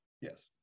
Yes